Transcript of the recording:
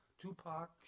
Tupac